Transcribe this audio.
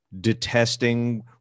detesting